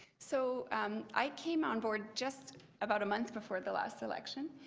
so um i came on board just about a month before the last election